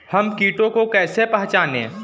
हम कीटों को कैसे पहचाने?